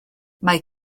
mae